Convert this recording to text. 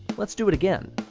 let's do it again.